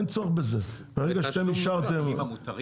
של הכלים המותרים?